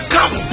Come